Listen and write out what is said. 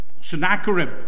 Sennacherib